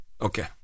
Okay